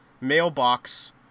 mailbox